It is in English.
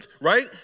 right